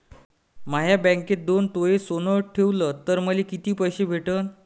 म्या बँकेत दोन तोळे सोनं ठुलं तर मले किती पैसे भेटन